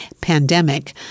pandemic